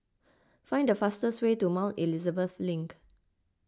find the fastest way to Mount Elizabeth Link